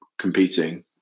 competing